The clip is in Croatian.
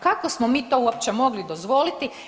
Kako smo mi to uopće mogli dozvoliti.